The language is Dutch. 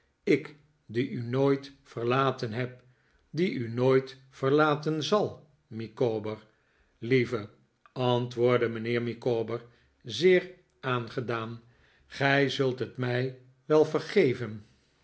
ik die u nooit verlaten heb die u nooit verlaten zal micawber lieve antwoordde mijnheer micawber zeer aangedaan gij zult het mij wel vergeven